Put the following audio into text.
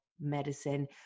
medicine